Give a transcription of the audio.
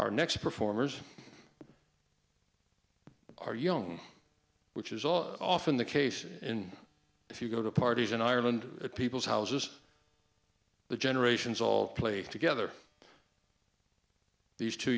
our next performers are young which is often the case and if you go to parties in ireland people's houses the generations all played together these two